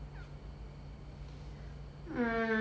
yes but